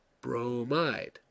bromide